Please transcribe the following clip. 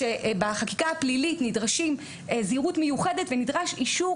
שבחקיקה הפלילית נדרשים זהירות מיוחדת ונדרש אישור